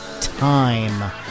time